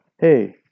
Hey